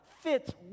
fits